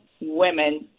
women